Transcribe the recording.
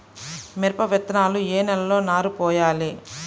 మిరప విత్తనాలు ఏ నెలలో నారు పోయాలి?